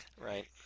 Right